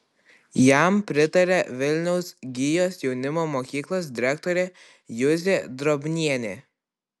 jam pritaria vilniaus gijos jaunimo mokyklos direktorė juzė drobnienė